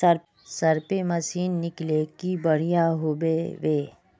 Spray machine किनले की बढ़िया होबवे?